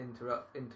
interrupt